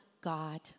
God